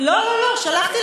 שלחת לנו